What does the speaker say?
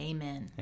Amen